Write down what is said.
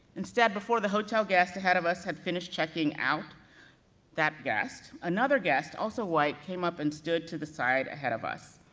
instead, before the hotel guest ahead of us had finished checking out that guest, another guest, also white, came up and stood to the side, ahead of us.